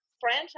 Franchise